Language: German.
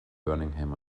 birmingham